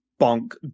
bonk